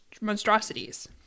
monstrosities